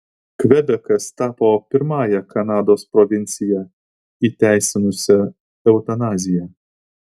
kvebekas tapo pirmąja kanados provincija įteisinusia eutanaziją